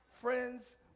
Friends